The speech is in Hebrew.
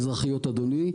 האזרחיות אדוני.